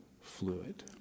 fluid